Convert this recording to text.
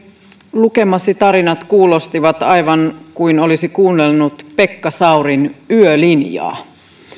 lukemasi tarinat kuulostivat aivan siltä kuin olisi kuunnellut pekka saurin yölinjaa